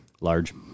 Large